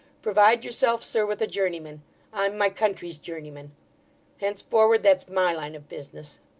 provide yourself, sir, with a journeyman i'm my country's journeyman henceforward that's my line of business